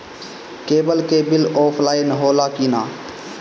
Cable के bill offline होला कि ना?